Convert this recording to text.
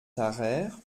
tarayre